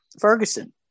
Ferguson